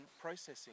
processing